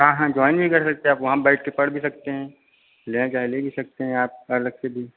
हाँ हाँ जॉइन भी कर सकते हैं आप वहाँ बैठकर पढ़ भी सकते हैं लेना चाहे ले भी सकते हैं आप अलग से भी